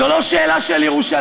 זו לא שאלה של ירושלים,